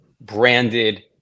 branded